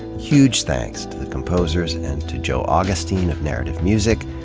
huge thanks to the composers, and to joe augustine of narrative music,